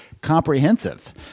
comprehensive